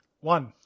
One